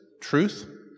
truth